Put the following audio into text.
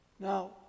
now